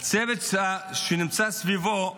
הצוות שנמצא סביבו,